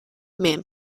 man